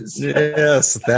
Yes